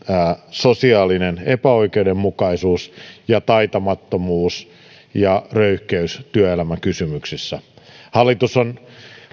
sosiaalinen epäoikeudenmukaisuus ja taitamattomuus ja röyhkeys työelämäkysymyksissä hallitus on